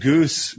Goose